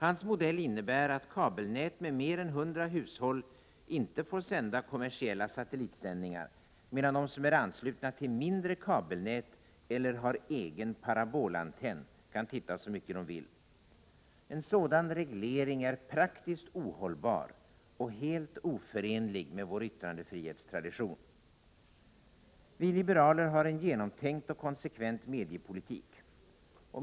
Hans modell innebär att kabelnät med mer än 100 hushåll inte får sända kommersiella satellitsändningar, medan de som är anslutna till mindre kabelnät eller har egen parabolantenn kan titta så mycket de vill. En sådan reglering är praktiskt ohållbar och helt oförenlig med vår yttrandefrihetstradition. Vi liberaler har en genomtänkt och konsekvent mediepolitik.